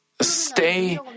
stay